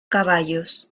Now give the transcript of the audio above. caballos